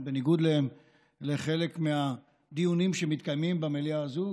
בניגוד לחלק מהדיונים שמתקיימים במליאה הזאת,